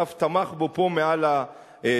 ואף תמך בו פה מעל הדוכן.